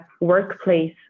workplace